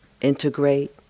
integrate